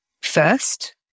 first